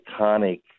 iconic